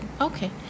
Okay